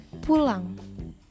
pulang